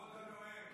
כבוד הנואם,